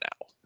now